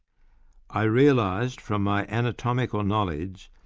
i realised from my anatomical knowledge,